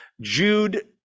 Jude